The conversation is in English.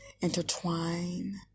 Intertwine